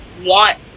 want